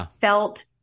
felt